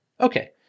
Okay